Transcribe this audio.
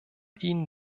ihnen